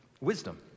wisdom